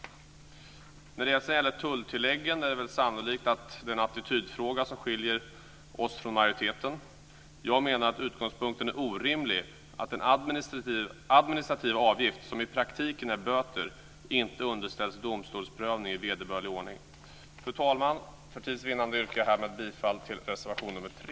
När det sedan gäller tulltilläggen är det väl sannolikt att det är en attitydfråga som skiljer oss från majoriteten. Jag menar att utgångspunkten är orimlig, att en administrativ avgift, som i praktiken är böter, inte underställs domstolsprövning i vederbörlig ordning. Fru talman! För tids vinnande yrkar jag härmed bifall till reservation nr 3.